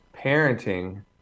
parenting